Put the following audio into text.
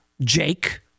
Jake